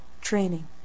training